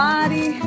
Body